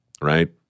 right